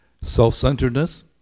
Self-centeredness